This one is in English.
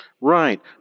Right